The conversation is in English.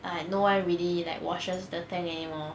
like no one really like washes the tank anymore